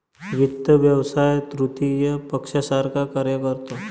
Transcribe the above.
वित्त व्यवसाय तृतीय पक्षासारखा कार्य करतो